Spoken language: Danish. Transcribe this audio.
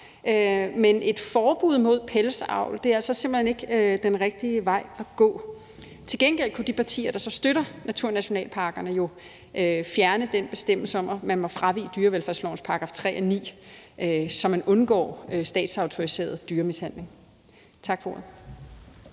men et forbud mod pelsdyravl er altså simpelt hen ikke den rigtige vej at gå. Til gengæld kunne de partier, der så støtter naturnationalparkerne, jo fjerne den bestemmelse om, at man må fravige dyrevelfærdslovens § 3 og § 9, så man undgår statsautoriseret dyremishandling. Tak for